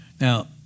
Now